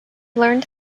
learned